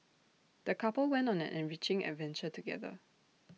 the couple went on an enriching adventure together